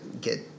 get